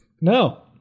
No